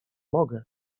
mogę